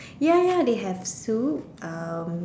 ya ya they have soup um